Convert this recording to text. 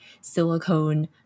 silicone